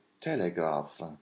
telegraph